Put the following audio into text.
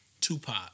Tupac